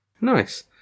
Nice